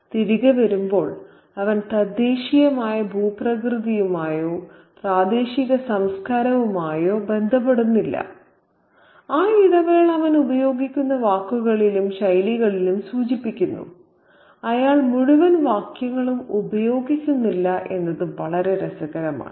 തിരികെ വരുമ്പോൾ അവൻ തദ്ദേശീയമായ ഭൂപ്രകൃതിയുമായോ പ്രാദേശിക സംസ്കാരവുമായോ ബന്ധപ്പെടുന്നില്ല ആ ഇടവേള അവൻ ഉപയോഗിക്കുന്ന വാക്കുകളിലും ശൈലികളിലും സൂചിപ്പിക്കുന്നു അയാൾ മുഴുവൻ വാക്യങ്ങളും ഉപയോഗിക്കുന്നില്ല എന്നത് വളരെ രസകരമാണ്